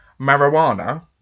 marijuana